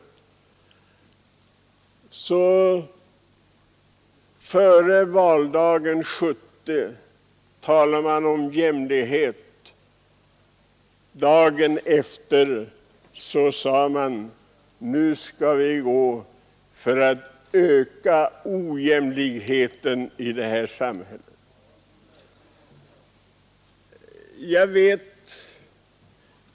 Före valdagen år 1970 talade man om jämlikhet, men dagen efter sade man: Nu skall vi gå ut och öka ojämlikheten i det här samhället.